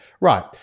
Right